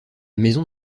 maison